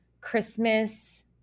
Christmas –